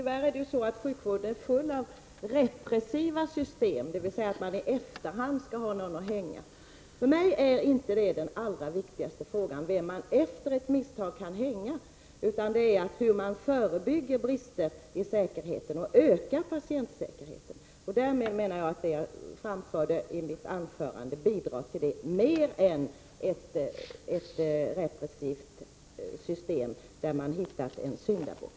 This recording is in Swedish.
Herr talman! Tyvärr är sjukvården full av repressiva system, dvs. att man skall ha någon att hänga i efterhand. För mig är inte den allra viktigaste frågan vem man efter ett misstag kan hänga, utan den är hur man förebygger brister i säkerheten och därigenom ökar patientsäkerheten. Det jag framförde i mitt anförande bidrar mer till detta än ett repressivt system där man vill hitta en syndabock.